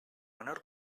menor